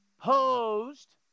posed